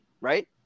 right